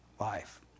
life